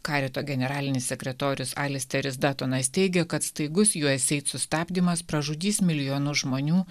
karito generalinis sekretorius alisteris datonas teigia kad staigus usaid sustabdymas pražudys milijonus žmonių